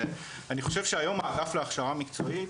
אני חושב שהיום האגף להכשרה מקצועית,